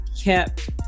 kept